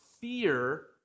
fear